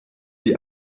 die